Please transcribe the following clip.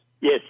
Yes